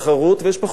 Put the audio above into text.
בסופו של דבר.